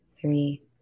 three